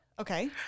Okay